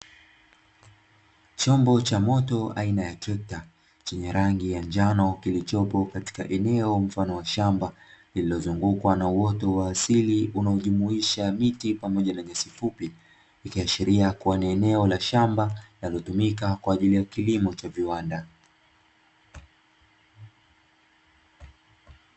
Chombo cha moto aina ya trekta chenye rangi ya njano, kilichopo katika eneo mfano wa shamba. Lililozungukwa na uoto wa asili unaojumuisha miti pamoja na nyasi fupi, ikiashiria kuwa ni eneo la shamba linalotumika kwa ajili ya kilimo cha viwanda.